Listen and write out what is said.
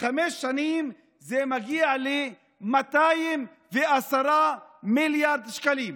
בחמש שנים זה מגיע ל-210 מיליארד שקלים.